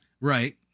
right